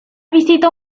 visita